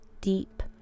deep